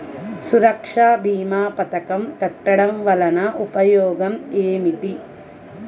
సురక్ష భీమా పథకం కట్టడం వలన ఉపయోగం ఏమిటి?